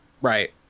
right